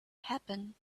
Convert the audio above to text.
happen